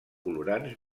colorants